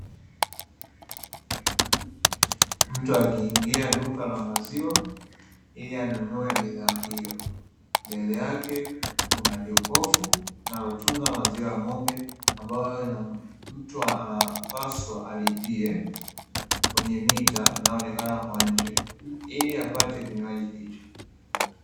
Mtu akiingia duka la maziwa ili anunue bidhaa hiyo. Mbele yake kuna jokofu linalotunza maziwa ya ng'ombe, ambayo mtu anapaswa alipie kwenye mita inayoonekana kwa nje, ili apate kinywaji hicho.